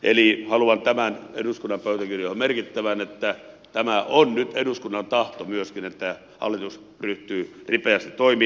eli haluan tämän eduskunnan pöytäkirjoihin merkittävän että tämä on nyt eduskunnan tahto myöskin että hallitus ryhtyy ripeästi toimiin